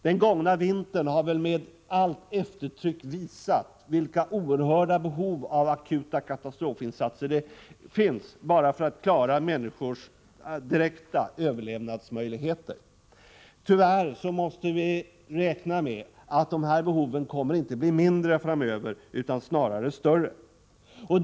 Den gångna vintern har väl med allt eftertryck visat vilka oerhörda behov det finns av akuta katastrofinsatser för att bara klara människors direkta överlevnad. Tyvärr måste vi räkna med att de här behoven framöver inte kommer att bli mindre utan snarare större.